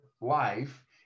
life